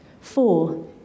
four